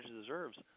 deserves